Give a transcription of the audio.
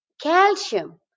calcium